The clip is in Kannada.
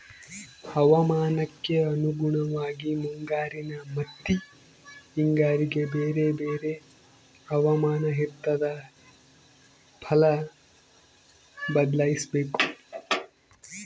ಹವಾಮಾನಕ್ಕೆ ಅನುಗುಣವಾಗಿ ಮುಂಗಾರಿನ ಮತ್ತಿ ಹಿಂಗಾರಿಗೆ ಬೇರೆ ಬೇರೆ ಹವಾಮಾನ ಇರ್ತಾದ ಫಲ ಬದ್ಲಿಸಬೇಕು